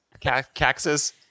Caxes